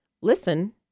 listen